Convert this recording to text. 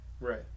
Right